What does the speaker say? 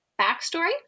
backstory